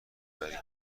بری